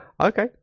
Okay